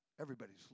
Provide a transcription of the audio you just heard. Everybody's